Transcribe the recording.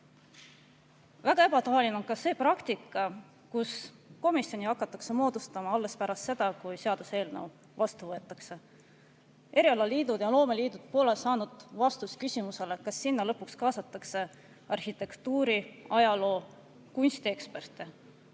ebatavaline on ka see praktika, et komisjoni hakatakse moodustama alles pärast seda, kui seadus vastu võetakse. Erialaliidud ja loomeliidud pole saanud vastust küsimusele, kas sinna kaasatakse arhitektuuri-, ajaloo-, kunstieksperte.